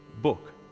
book